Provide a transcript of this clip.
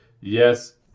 Yes